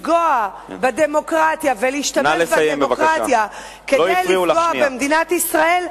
שמנסים לפגוע בדמוקרטיה ולהשתלח בדמוקרטיה כדי לפגוע במדינת ישראל,